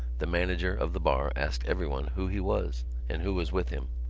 the manager of the bar asked everyone who he was and who was with him.